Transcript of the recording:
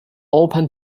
open